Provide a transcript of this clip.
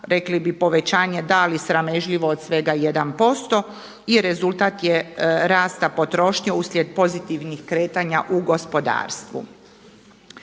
Rekli bi povećanje da, ali sramežljivo od svega 1%. I rezultat je rasta potrošnje uslijed pozitivnih kretanja u gospodarstvu.